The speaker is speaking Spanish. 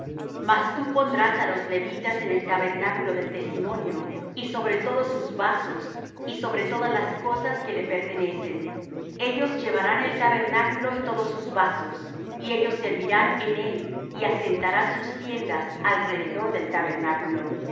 mas tú pondrás á los levitas en el tabernáculo del testimonio y sobre todos sus vasos y sobre todas las cosas que le pertenecen ellos llevarán el tabernáculo y todos sus vasos y ellos servirán en él y asentarán sus tiendas alrededor del tabernáculo